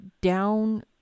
down